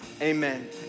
Amen